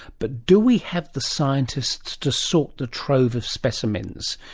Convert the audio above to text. but do we have the scientists to sort the trove of specimens?